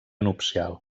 nupcial